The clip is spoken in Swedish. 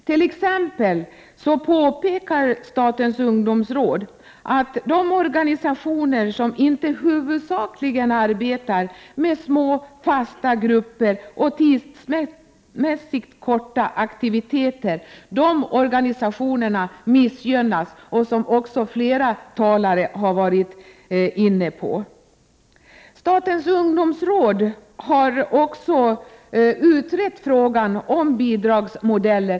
Statens ungdomsråd påpekar t.ex. att de organisationer som inte huvudsakligen arbetar med små och fasta grupper och tidsmässigt korta aktiviteter missgynnas, vilket har tagits upp i debatten av flera talare. Statens ungdomsråd har utrett frågan om bidragsmodeller.